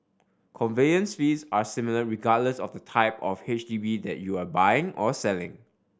conveyance fees are similar regardless of the type of H D B that you are buying or selling